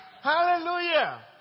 Hallelujah